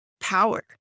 Power